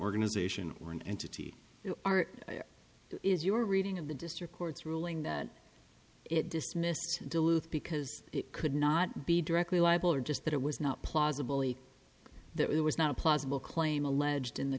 organization or an entity are is your reading of the district court's ruling that it dismissed because it could not be directly liable or just that it was not plausible that it was not a plausible claim alleged in the